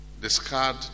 discard